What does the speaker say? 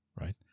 right